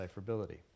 decipherability